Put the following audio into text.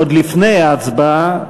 עוד לפני ההצבעה,